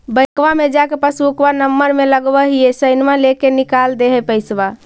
बैंकवा मे जा के पासबुकवा नम्बर मे लगवहिऐ सैनवा लेके निकाल दे है पैसवा?